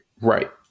right